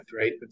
right